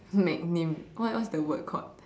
magnum what what's the word called